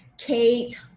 Kate